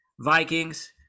Vikings